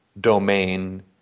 domain